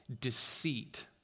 deceit